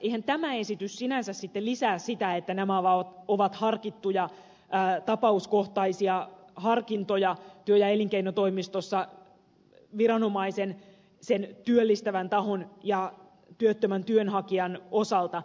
eihän tämä esitys sinänsä sitten lisää sitä että nämä ovat harkittuja tapauskohtaisia harkintoja työ ja elinkeinotoimistossa viranomaisen sen työllistävän tahon ja työttömän työnhakijan osalta